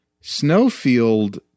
snowfield